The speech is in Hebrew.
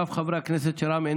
ואף חברי הכנסת של רע"מ,